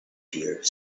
here